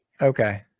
Okay